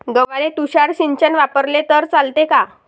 गव्हाले तुषार सिंचन वापरले तर चालते का?